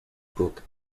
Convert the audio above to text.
book